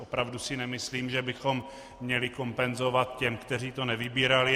Opravdu si nemyslím, že bychom měli kompenzovat těm, kteří to nevybírali.